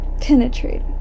penetrate